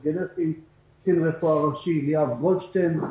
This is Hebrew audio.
קצין רפואה ראשי ליאב גולדשטיין,